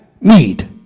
need